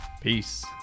Peace